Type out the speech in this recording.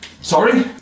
Sorry